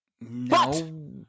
No